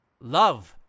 love